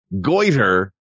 goiter